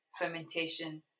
fermentation